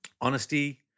Honesty